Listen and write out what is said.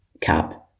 cap